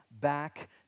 back